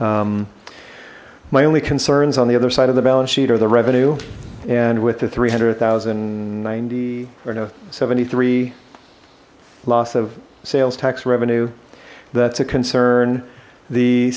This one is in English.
my only concerns on the other side of the balance sheet or the revenue and with the three hundred thousand ninety four in a seventy three loss of sales tax revenue that's a concern the